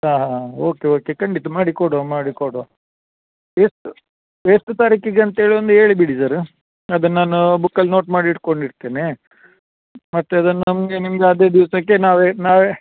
ಹಾಂ ಹಾಂ ಹಾಂ ಓಕೆ ಓಕೆ ಖಂಡಿತ ಮಾಡಿ ಕೊಡುವ ಮಾಡಿ ಕೊಡುವ ಎಷ್ಟು ಎಷ್ಟು ತಾರೀಕಿಗೆ ಅಂತೇಳಿ ಒಂದು ಹೇಳಿ ಬಿಡಿ ಸರ ಅದು ನಾನು ಬುಕ್ಕಲ್ಲಿ ನೋಟ್ ಮಾಡಿ ಇಟ್ಕೊಂಡು ಇರ್ತೇನೆ ಮತ್ತು ಅದನ್ನು ನಮಗೆ ನಿಮಗೆ ಅದೇ ದಿವಸಕ್ಕೆ ನಾವೇ ನಾವೇ